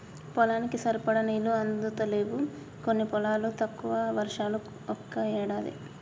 పొలానికి సరిపడా నీళ్లు అందుతలేవు కొన్ని పొలాలకు, తక్కువ వర్షాలు ఒక్కో ఏడాది